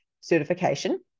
certification